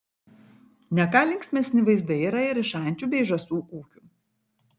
ne ką linksmesni vaizdai yra ir iš ančių bei žąsų ūkių